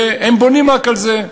והם בונים רק על זה.